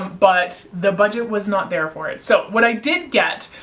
but the budget was not there for it. so what i did get,